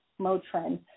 Motrin